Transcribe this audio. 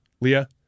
Leah